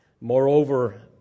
Moreover